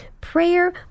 prayer